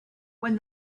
when